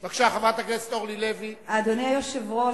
אדוני היושב-ראש,